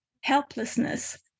helplessness